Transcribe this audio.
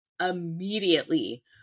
immediately